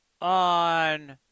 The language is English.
on